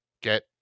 get